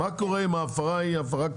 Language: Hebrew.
מה קורה אם ההפרה היא הפרה ארצית,